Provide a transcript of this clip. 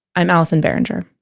i'm allison behringer